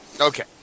Okay